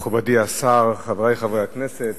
תודה רבה לך, מכובדי השר, חברי חברי הכנסת,